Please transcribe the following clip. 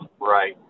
Right